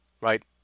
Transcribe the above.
right